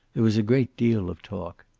there was a great deal of talk.